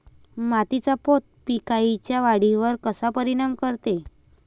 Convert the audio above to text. मातीचा पोत पिकाईच्या वाढीवर कसा परिनाम करते?